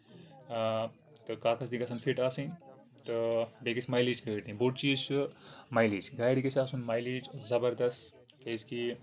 آ تہٕ کاغز تہِ گژھن فِٹ آسٕنۍ تہٕ بیٚیہِ گژھِ مایلیج گٲڑۍ دِنۍ بوٚڑ چیٖز چھُ مایلیج گاڑِ گژھِ آسُن مایلیج زبردست کیٛازِ کہِ